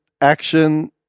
action